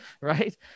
Right